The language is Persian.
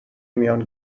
میان